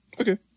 Okay